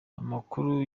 amakuru